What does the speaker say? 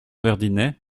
verdinet